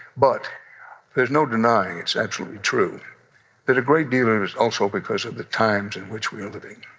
but there's no denying it's absolutely true that a great deal of it is also because of the times in which we are living